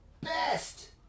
best